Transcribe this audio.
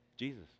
Jesus